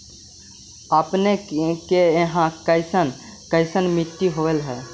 अपने के यहाँ कैसन कैसन मिट्टी होब है?